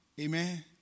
Amen